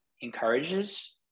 encourages